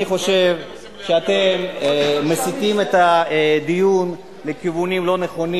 אני חושב שאתם מסיטים את הדיון לכיוונים לא נכונים.